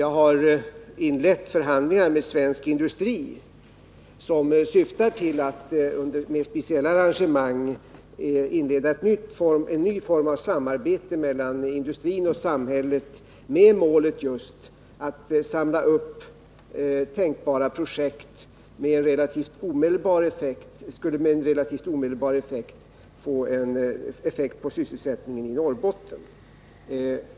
Jag har inlett förhandlingar med svensk industri, syftande till att med speciella arrangemang inleda en ny form av samarbete mellan industrin och samhället med målet att just samla upp tänkbara projekt, som relativt omedelbart skulle få en effekt på sysselsättningen i Norrbotten.